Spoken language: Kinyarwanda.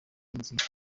intsinzi